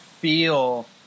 feel